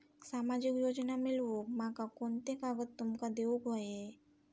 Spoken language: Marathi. सामाजिक योजना मिलवूक माका कोनते कागद तुमका देऊक व्हये?